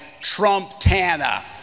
Trump-tana